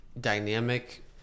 dynamic